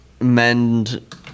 mend